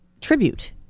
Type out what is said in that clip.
tribute